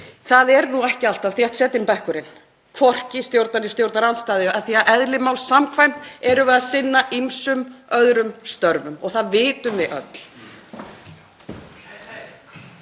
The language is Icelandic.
þá er nú ekki alltaf þéttsetinn bekkurinn, hvorki stjórnarliðar né stjórnarandstaða, af því að eðli máls samkvæmt erum við að sinna ýmsum öðrum störfum og það vitum við öll.